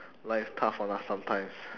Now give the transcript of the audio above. life's tough on us sometimes